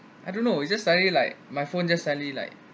I don't know it's just suddenly like my phone just suddenly like